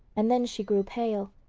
and then she grew pale.